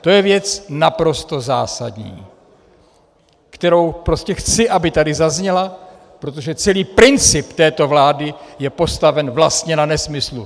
To je věc naprosto zásadní, kterou prostě chci, aby tady zazněla, protože celý princip této vlády je postaven vlastně na nesmyslu!